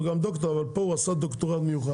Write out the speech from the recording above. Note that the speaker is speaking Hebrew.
הוא גם דוקטור, אבל פה הוא עשה דוקטורט מיוחד.